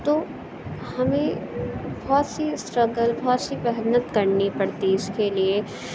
تو ہمیں بہت سی اسٹرگل بہت سی محنت کرنی پڑتی اس کے لیے